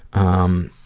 um,